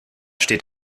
steht